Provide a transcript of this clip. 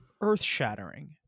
earth-shattering